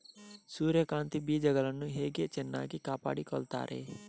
ಸೂರ್ಯಕಾಂತಿ ಬೀಜಗಳನ್ನು ಹೇಗೆ ಚೆನ್ನಾಗಿ ಕಾಪಾಡಿಕೊಳ್ತಾರೆ?